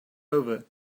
over